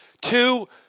two